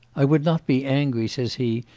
i would not be angry, says he,